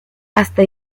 hasta